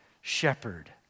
shepherd